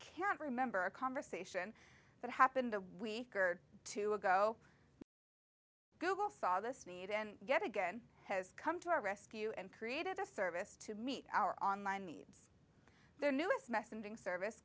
can't remember a conversation that happened a week or two ago google saw this need and get again has come to our rescue and created a service to meet our online needs their newest messaging service